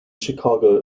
chicago